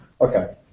Okay